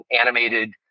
animated